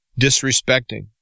disrespecting